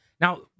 Now